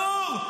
ברור.